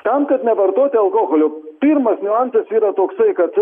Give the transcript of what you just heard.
tam kad nevartoti alkoholio pirmas niuansas yra toksai kad